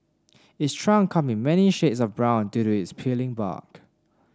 its trunk come in many shades of brown due to its peeling bark